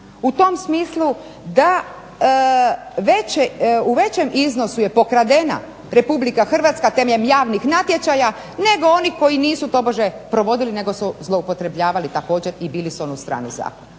u tom smislu da u većem iznosu je pokradena Republika Hrvatska temeljem javnih natječaja nego oni koji nisu tobože provodili nego su zloupotrebljavali također i bili s onu stranu zakona.